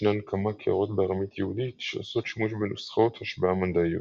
ישנן כמה קערות בארמית יהודית שעושות שימוש בנוסחאות השבעה מנדעיות.